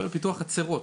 זה לפיתוח חצרות.